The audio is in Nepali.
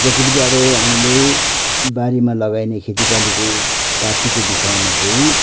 जतिपनि अब हामीले बारीमा लगाइने खेती बालीको पातीको बिषयमा चाहिँ